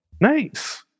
Nice